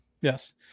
Yes